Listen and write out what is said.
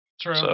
True